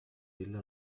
ella